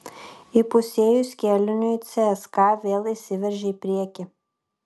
įpusėjus kėliniui cska vėl išsiveržė į priekį